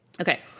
Okay